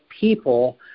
people